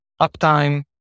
uptime